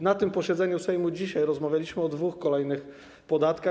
Na tym posiedzeniu Sejmu, dzisiaj, rozmawialiśmy o dwóch kolejnych podatkach.